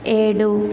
ఏడు